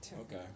Okay